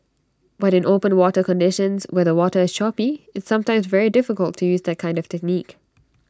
but in open water conditions where the water is choppy it's sometimes very difficult to use that kind of technique